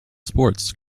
sports